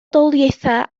daleithiau